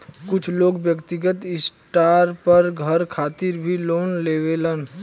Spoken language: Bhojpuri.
कुछ लोग व्यक्तिगत स्टार पर घर खातिर भी लोन लेवेलन